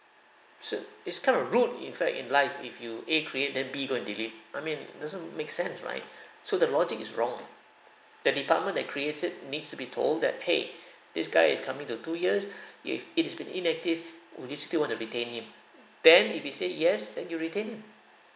so it's kind of rude in fact in life if you A create then B go and delete I mean doesn't make sense right so the logic is wrong the department that creates it needs to be told that !hey! this guy is coming to two years if its been inactive will you still want to retain him then if we said yes then you retain ah